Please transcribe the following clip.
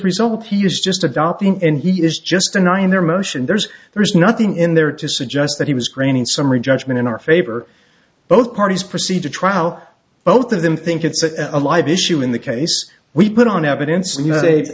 result he is just adopting and he is just denying their motion there's there's nothing in there to suggest that he was granting summary judgment in our favor both parties proceed to trial both of them think it's a live issue in the case we put on evidence and you know they